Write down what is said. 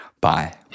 Bye